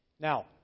Now